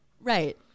Right